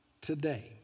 today